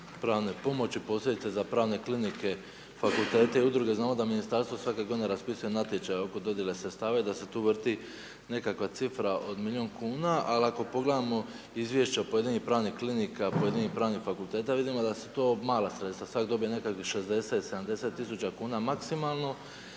pravne pomoći posljedice za pravne klinike, fakultete i udruge, znamo da ministarstvo svake godine raspisuje natječaje oko dodjele sredstava i da se tu vrti nekakva cifra od milion kuna, al ako pogledamo izvješća od pojedinih pravih klinika, pojedinih pravih fakulteta vidimo da su to mala sredstva, svak dobije nekakvih 60 70.000 kuna maksimalno,